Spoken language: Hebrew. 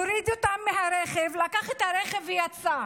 הוריד אותן מהרכב, לקח את הרכב ויצא.